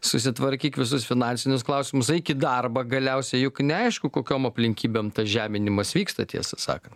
susitvarkyk visus finansinius klausimus eik į darbą galiausiai juk neaišku kokiom aplinkybėm tas žeminimas vyksta tiesą sakan